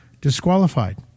disqualified